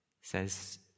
says